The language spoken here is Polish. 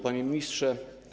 Panie Ministrze!